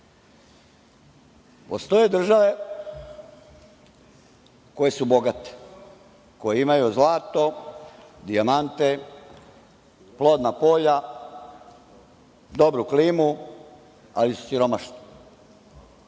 Postoje države koje su bogate, koje imaju zlato, dijamante, plodna polja, dobru klimu, ali su siromašni